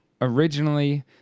originally